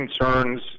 concerns